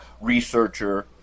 Researcher